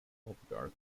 popular